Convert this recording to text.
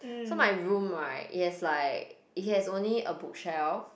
so my room right it has like it has only a bookshelf